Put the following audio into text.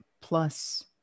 plus